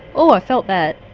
oh, i felt that.